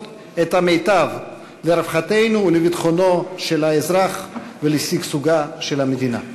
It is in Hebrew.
את המיטב לרווחתו ולביטחונו של האזרח ולשגשוגה של המדינה.